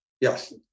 Yes